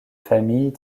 familles